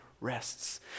rests